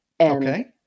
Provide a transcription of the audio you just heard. Okay